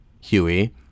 Huey